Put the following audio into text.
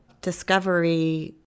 discovery